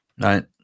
right